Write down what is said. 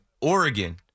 Oregon